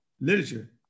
literature